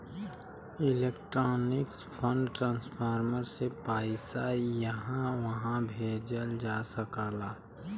electronic fund transfer से पइसा इहां उहां भेजल जा सकला